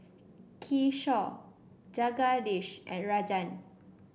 Kishore Jagadish and Rajan